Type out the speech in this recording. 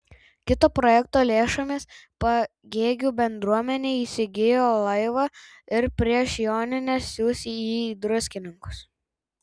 kito projekto lėšomis pagėgių bendruomenė įsigijo laivą ir prieš jonines siųs jį į druskininkus